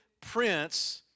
prince